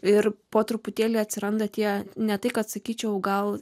ir po truputėlį atsiranda tie ne tai kad sakyčiau gal